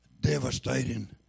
devastating